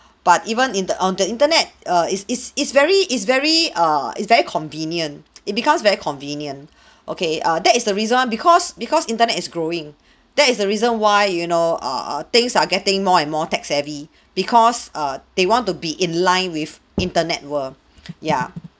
but even in the on the internet err is is is very is very err it's very convenient it becomes very convenient okay err that is the reason because because internet is growing that is the reason why you know err things are getting more and more tech-savvy because err they want to be in line with internet world ya